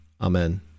Amen